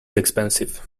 expensive